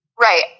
Right